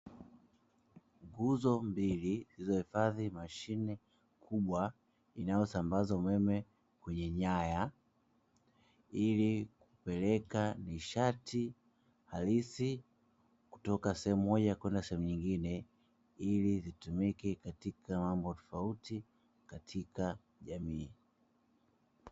Nguzo mbili zimehifadhi mashine kubwa inayosambaza umeme kwenye nyaya, ili kupeleka nishati halisi kutoka sehemu moja kwenda sehemu nyingine, ili zitumike katika mambo tofauti katika jamii.